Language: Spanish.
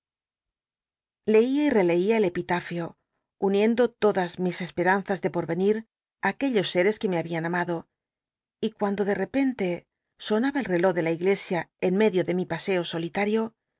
leia y releia el epitafio un iendo todas mis esperanzas de pottenir í aquellos setes que me habi lll amado y cuando de repente sonaba el reló de la iglesia en medio de mi paseo solitario